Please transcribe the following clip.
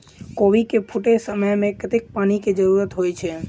कोबी केँ फूटे समय मे कतेक पानि केँ जरूरत होइ छै?